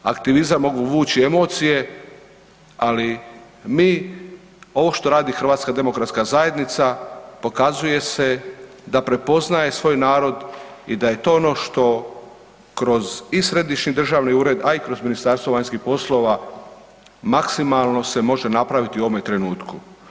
Aktivizam mogu vući emocije, ali mi ovo što radi HDZ pokazuje se da prepoznaje svoj narod i da je to ono što kroz i središnji državni ured, a i kroz Ministarstvo vanjskih poslova maksimalno se može napraviti u ovome trenutku.